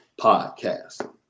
Podcast